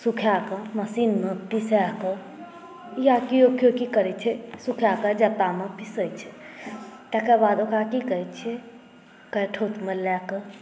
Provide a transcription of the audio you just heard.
सुखायके मशीनमे पीसाकऽ या केओ केओ की करै छै सुखायकऽ जत्तामे पीसै छै तकर बाद ओकरा की करै छै कठौतमे लए कऽ